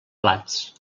plats